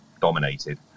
dominated